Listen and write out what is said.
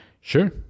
Sure